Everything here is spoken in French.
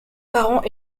parents